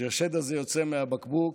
שכשהשד הזה יוצא מהבקבוק,